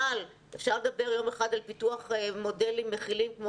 אפשר לדבר יום אחד על פיתוח מודלים מכילים כמו